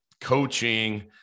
coaching